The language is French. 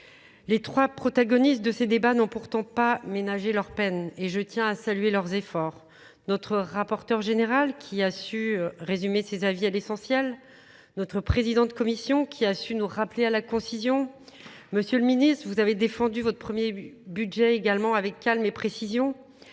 Les trois protagonistes de ces débats n'ont pourtant pas ménagé leur peine et je tiens à saluer leurs efforts. Notre rapporteur général qui a su résumer ses avis à l'essentiel. Notre président de commission qui a su nous rappeler à la concision. Monsieur le ministre, vous avez défendu votre premier budget également avec calme et précision.